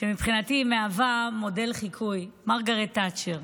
שמבחינתי מהווה מודל חיקוי, מרגרט תאצ'ר.